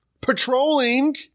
patrolling